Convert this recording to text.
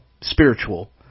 spiritual